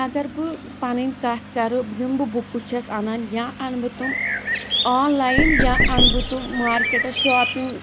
اَگر بہٕ پَنٕنۍ کَتھ کَرٕ یِم بہٕ بُکٕس چھَس اَنان یا اَنہٕ بہٕ تم آنلایِن یا اَنہٕ بہٕ تم مارکٮ۪ٹَس شاپِنٛگ